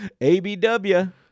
ABW